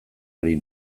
ari